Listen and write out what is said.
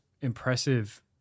impressive